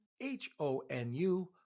H-O-N-U